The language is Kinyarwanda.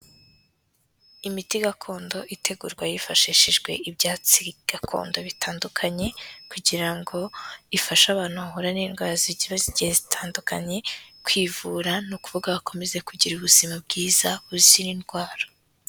Imiti gakondo itegurwa hifashishijwe ibyatsi gakondo bitandukanye, kugira ngo ifashe abantu bahura n'indwara ziba zigiye zitandukanye kwivura, ni ukuvuga bakomeze kugira ubuzima bwiza buzira indwara.